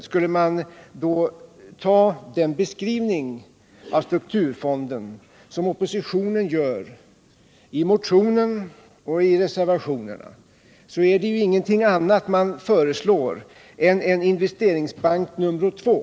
Skulle man ta den beskrivning av strukturfonden som oppositionen gör i motionen och reservationerna, är det ingenting annat som föreslås än en investeringsbank nummer två.